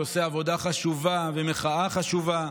שעושה עבודה חשובה ומחאה חשובה,